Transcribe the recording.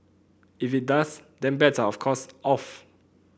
if it does then bets are of course off